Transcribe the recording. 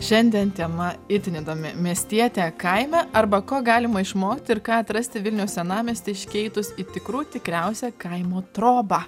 šiandien tema itin įdomi miestietė kaime arba ko galima išmokti ir ką atrasti vilniaus senamiestį iškeitus į tikrų tikriausią kaimo trobą